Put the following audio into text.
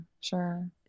Sure